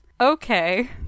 Okay